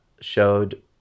showed